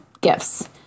gifts